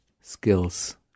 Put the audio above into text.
skills